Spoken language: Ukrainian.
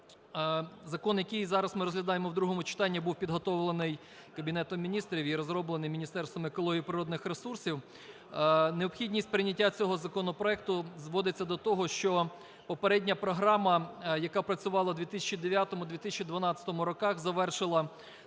закон, який зараз ми розглядаємо в другому читанні, був підготовлений Кабінетом Міністрів і розроблений Міністерством екології, природних ресурсів. Необхідність прийняття цього законопроекту зводиться до того, що попередня програма, яка працювала в 2009-2012 роках, завершила свою